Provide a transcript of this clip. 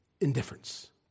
indifference